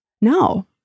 no